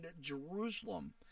Jerusalem